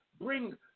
bring